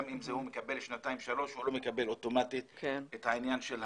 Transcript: גם אם הוא מקבל שנתיים-שלוש הוא לא מקבל אוטומטית את העניין,